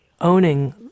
owning